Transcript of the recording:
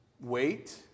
wait